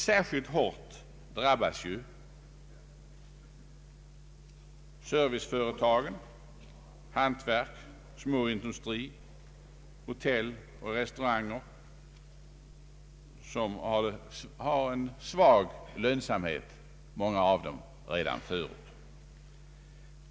Särskilt hårt drabbas ju serviceföretag, hantverk, småindustri, hotell och restauranger, av vilka många redan förut har en svag lönsamhet.